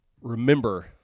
Remember